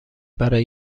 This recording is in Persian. برای